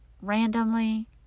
randomly